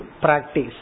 practice